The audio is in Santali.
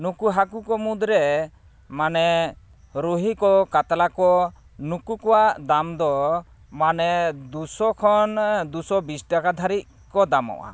ᱱᱩᱠᱩ ᱦᱟᱹᱠᱩ ᱠᱚ ᱢᱩᱫᱽᱨᱮ ᱢᱟᱱᱮ ᱨᱩᱦᱤ ᱠᱚ ᱠᱟᱛᱞᱟ ᱠᱚ ᱱᱩᱠᱩ ᱠᱚᱣᱟᱜ ᱫᱟᱢᱫᱚ ᱢᱟᱱᱮ ᱫᱩ ᱥᱚ ᱠᱷᱚᱱ ᱫᱩ ᱥᱚ ᱵᱤᱥ ᱴᱟᱠᱟ ᱫᱷᱟᱹᱨᱤᱡ ᱠᱚ ᱫᱟᱢᱚᱜᱼᱟ